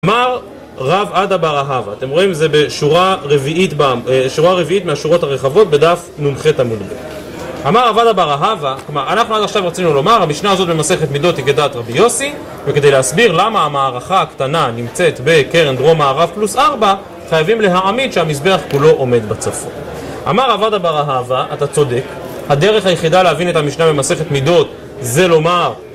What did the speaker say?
אמר רב עדה בר אהבה. אתם רואים? זה בשורה רביעית מהשורות הרחבות בדף נ"ח עמוד ב. אמר רב עדה בר אהבה אנחנו עד עכשיו רצינו לומר המשנה הזאת במסכת מידות יגדת רבי יוסי וכדי להסביר למה המערכה הקטנה נמצאת בקרן דרום מערב פלוס ארבע חייבים להעמיד שהמזבח כולו עומד בצפון. אמר רב עדה בר אהבה, אתה צודק הדרך היחידה להבין את המשנה במסכת מידות זה לומר